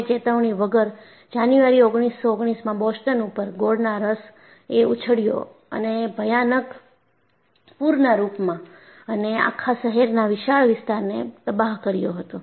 કોઈ ચેતવણી વગર જાન્યુઆરી 1919 માં બોસ્ટન ઉપર ગોળના રસ એ ઉછળ્યો અને ભયાનક પૂર ના રૂપ માં એને આખા શહેરના વિશાળ વિસ્તારને તબાહ કર્યો હતો